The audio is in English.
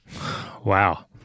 Wow